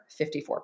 54%